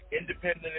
Independent